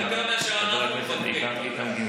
הוא ביקר אותך יותר מאשר אנחנו מבקרים,